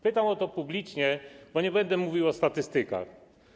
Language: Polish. Pytam o to publicznie, bo nie będę mówił o statystykach.